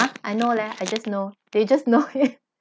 ah I know leh I just know they just know it